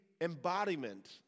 embodiment